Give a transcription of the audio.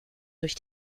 durch